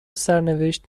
سرنوشت